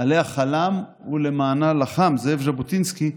שעליה חלם ולמענה לחם זאב ז'בוטינסקי,